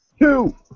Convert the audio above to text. Two